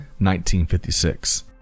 1956